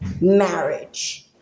marriage